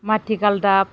माथि गालदाब